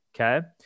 okay